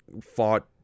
fought